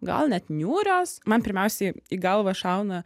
gal net niūrios man pirmiausiai į galvą šauna